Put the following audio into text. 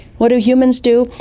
what do humans do?